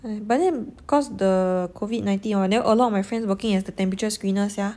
but then cause the COVID nineteen hor then a lot of my friends working as the temperature screeners sia